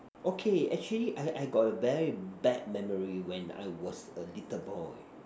okay actually I I got a very bad memory when I was a little boy